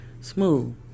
Smooth